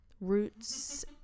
roots